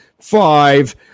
five